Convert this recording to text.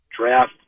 draft